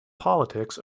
politics